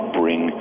bring